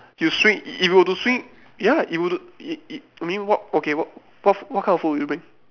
you swing you gotta swing ya it would it it I mean what okay what f~ what kind of food would you bring